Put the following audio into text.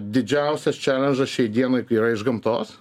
didžiausias čelenžas šiai dienai kai yra iš gamtos